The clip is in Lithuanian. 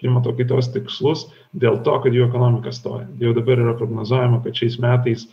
klimato kaitos tikslus dėl to kad jų ekonomika stoja jau dabar yra prognozuojama kad šiais metais